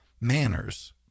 Manners